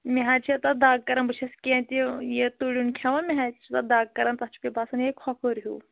مےٚ حظ چھِ تَتھ دَگ کران بہٕ چھَس کیٚنٛہہ تہِ یہِ تُرُن کھیٚوان مےٚ حظ چھِ تَتھ دَگ کران تَتھ چھُ مےٚ باسَان یِہَے کھۅپُر ہیٛوٗ